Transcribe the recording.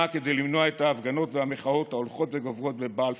כדי למנוע את ההפגנות והמחאות ההולכות וגוברות בבלפור,